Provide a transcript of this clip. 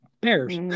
bears